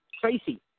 Tracy